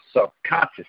subconscious